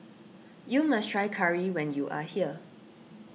you must try Curry when you are here